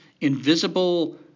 invisible